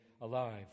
alive